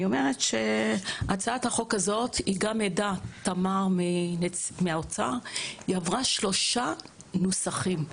הצעת החוק הזאת ותמר ממשרד האוצר עדה לכך עברה שלושה נוסחים.